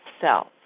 self